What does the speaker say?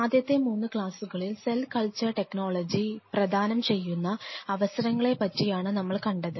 ആദ്യത്തെ മൂന്ന് ക്ലാസ്സുകളിൽ സെൽ കൾച്ചർ ടെക്നോളജി പ്രധാനം ചെയ്യുന്ന അവസരങ്ങളെ പറ്റിയാണ് നമ്മൾ കണ്ടത്